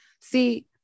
See